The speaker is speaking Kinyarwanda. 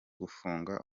gufunga